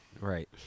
Right